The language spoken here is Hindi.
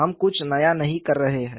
हम कुछ नया नहीं कर रहे हैं